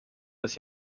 das